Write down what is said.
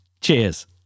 Cheers